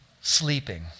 sleeping